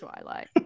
Twilight